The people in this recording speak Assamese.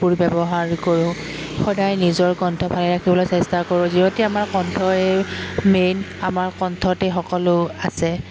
কাপোৰ ব্যৱহাৰ কৰোঁ সদায় নিজৰ কণ্ঠ ভালে ৰাখিবলৈ চেষ্টা কৰোঁ যিহেতু আমাৰ কণ্ঠই মেইন আমাৰ কণ্ঠতেই সকলো আছে